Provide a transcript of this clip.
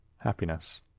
happiness